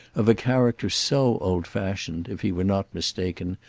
of a character so old-fashioned, if he were not mistaken,